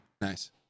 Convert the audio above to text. Nice